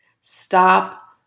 Stop